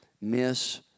miss